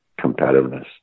competitiveness